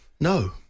No